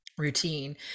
routine